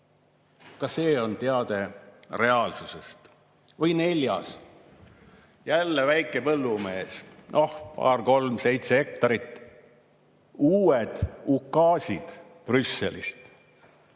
Ka see on teade reaalsusest. Või neljas. Jälle väikepõllumees. Noh, paar-kolm kuni seitse hektarit. Uued ukaasid Brüsselist,